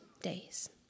days